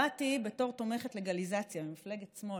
באתי בתור תומכת לגליזציה, מפלגת שמאל.